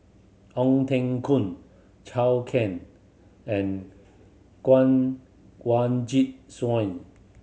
Ong Teng Koon Can and